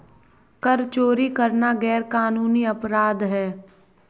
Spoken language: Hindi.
कर चोरी करना गैरकानूनी अपराध है